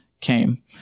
came